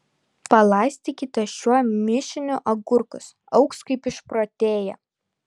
palaistykite šiuo mišiniu agurkus augs kaip išprotėję